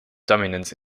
dominance